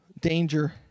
danger